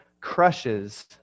crushes